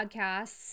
podcasts